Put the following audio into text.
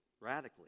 radically